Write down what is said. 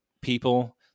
people